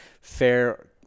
fair